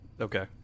Okay